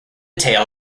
tail